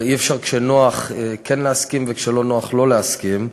ואי-אפשר כשנוח כן להסכים וכשלא נוח לא להסכים.